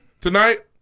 Tonight